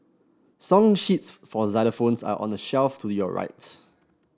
song sheets for xylophones are on the shelf to your right